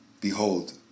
Behold